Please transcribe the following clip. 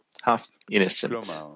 half-innocent